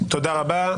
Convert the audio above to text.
תודה רבה.